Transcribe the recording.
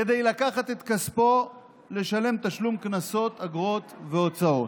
כדי לקחת את כספו ולשלם קנסות, אגרות והוצאות.